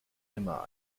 immer